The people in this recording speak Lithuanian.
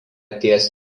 ties